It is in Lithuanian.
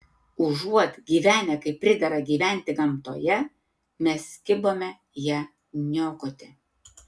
užuot gyvenę kaip pridera gyventi gamtoje mes kibome ją niokoti